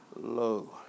low